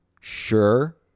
sure